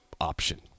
option